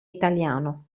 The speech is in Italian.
italiano